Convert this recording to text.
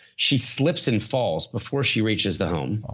she slips and falls before she reaches the home.